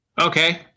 Okay